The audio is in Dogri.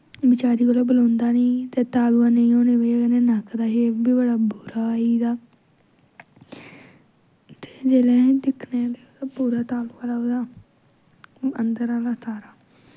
बेचारी कोली बलोंदा नी ते तालुआ नेईं होने दी बजह् कन्नै ना नक्क दा शेप बी बड़ा बुरा होई गेदा ते जेल्लै असें दिक्खने ते पूरा तालुआ लभदा अन्दर आह्ला सारा